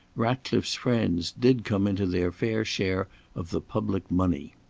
ratcliffe's friends did come into their fair share of the public money.